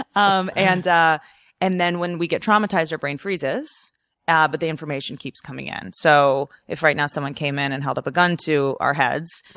um and and then when we get traumatized, our brain freezes ah but the information keeps coming in. so if right now someone came in and held up a gun to our heads,